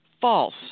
false